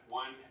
one